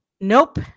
Nope